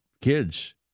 kids